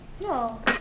no